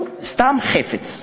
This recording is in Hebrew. הוא סתם חפץ.